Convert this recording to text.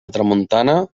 tramuntana